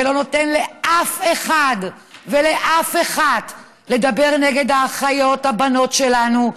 ולא נותן לאף אחד ולאף אחת לדבר נגד האחיות הבנות שלנו,